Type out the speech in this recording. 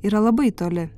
yra labai toli